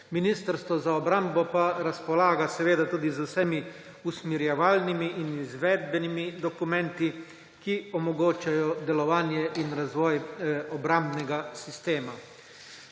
Ministrstvo za obrambo pa razpolaga tudi z vsemi usmerjevalnimi in izvedbenimi dokumenti, ki omogočajo delovanje in razvoj obrambnega sistema.